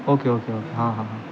okay okay okay हां हां हां